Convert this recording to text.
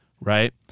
right